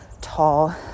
tall